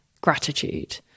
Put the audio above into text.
gratitude